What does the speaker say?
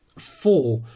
Four